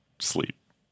sleep